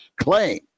claim